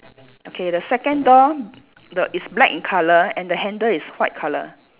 okay the second door the it's black in colour and the handle is white colour